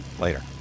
later